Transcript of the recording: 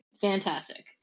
fantastic